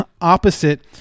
opposite